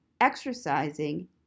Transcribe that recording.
exercising